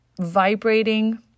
vibrating